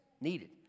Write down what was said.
needed